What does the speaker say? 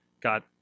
got